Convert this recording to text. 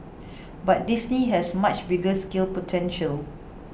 but Disney has much bigger scale potential